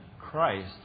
Christ